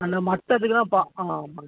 அந்த மட்டத்துக்குதான் இப்போ ஆ ஆமாங்க சார்